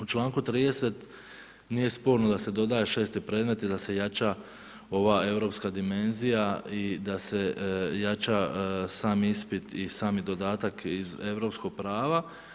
U čl. 30. nije sporno da se dodaje 6 predmet i da se jača ova europska dimenzija i da se jača sam ispit i sami dodatak iz europskog prava.